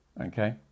okay